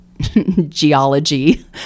geology